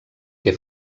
que